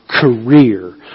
career